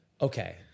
Okay